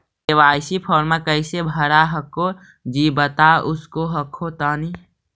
KYC फॉर्मा कैसे भरा हको जी बता उसको हको तानी?